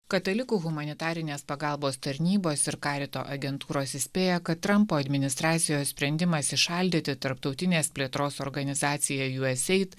katalikų humanitarinės pagalbos tarnybos ir karito agentūros įspėja kad trampo administracijos sprendimas įšaldyti tarptautinės plėtros organizaciją usaid